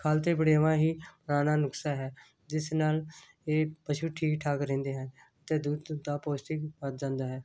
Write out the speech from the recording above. ਖਲ੍ਹ ਅਤੇ ਵੜੇਵਾਂ ਹੀ ਪੁਰਾਣਾ ਨੁਸਖਾ ਹੈ ਜਿਸ ਨਾਲ ਇਹ ਪਸ਼ੂ ਠੀਕ ਠਾਕ ਰਹਿੰਦੇ ਹਨ ਅਤੇ ਦੁੱਧ ਦਾ ਪੋਸ਼ਟਿਕ ਵੱਧ ਜਾਂਦਾ ਹੈ